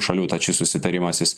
šalių tad šis susitarimus jis